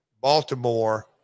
Baltimore